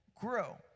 grow